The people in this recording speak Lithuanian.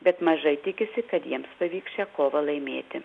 bet mažai tikisi kad jiems pavyks šią kovą laimėti